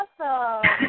awesome